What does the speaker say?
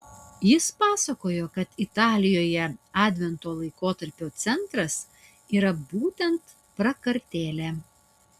jis pasakoja kad italijoje advento laikotarpio centras yra būtent prakartėlė